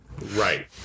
Right